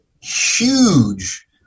huge